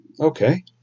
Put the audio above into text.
Okay